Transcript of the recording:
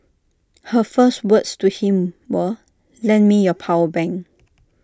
her first words to him were lend me your power bank